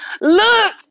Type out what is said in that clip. Look